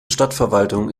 stadtverwaltung